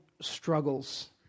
struggles